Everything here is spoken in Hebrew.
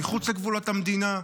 מחוץ לגבולות המדינה.